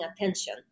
attention